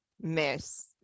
miss